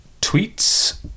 tweets